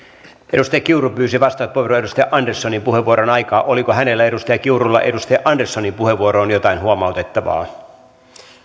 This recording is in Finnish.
edustaja kiuru pyysi vastauspuheenvuoron edustaja anderssonin puheenvuoron aikaan oliko edustaja kiurulla edustaja anderssonin puheenvuoroon jotain huomautettavaa